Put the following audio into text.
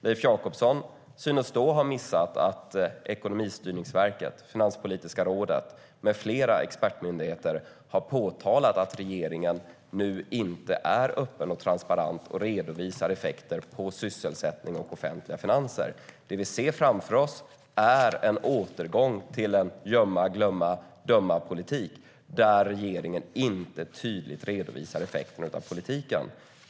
Leif Jakobsson synes ha missat att Ekonomistyrningsverket, Finanspolitiska rådet med flera expertmyndigheter har påtalat att regeringen nu inte är öppen och transparent och inte redovisar effekter på sysselsättning och offentliga finanser. Det vi ser framför oss är en återgång till en gömma-glömma-döma-politik. Regeringen redovisar inte tydligt effekterna av politiken.